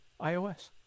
iOS